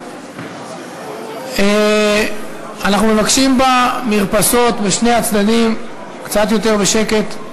אנחנו מבקשים במרפסות בשני הצדדים: קצת יותר בשקט.